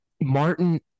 Martin